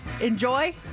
enjoy